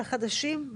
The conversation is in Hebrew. החדשים,